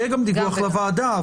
יהיה גם דיווח לוועדה.